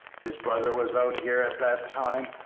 his brother was out here at that time,